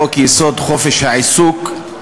חוק-יסוד: חופש העיסוק.